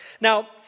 Now